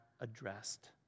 addressed